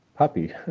puppy